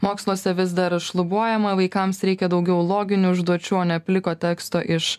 moksluose vis dar šlubuojama vaikams reikia daugiau loginių užduočių o ne pliko teksto iš